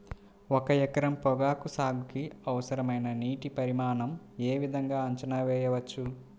ఒక ఎకరం పొగాకు సాగుకి అవసరమైన నీటి పరిమాణం యే విధంగా అంచనా వేయవచ్చు?